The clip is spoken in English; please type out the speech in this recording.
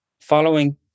following